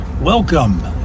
Welcome